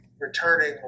returning